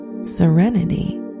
serenity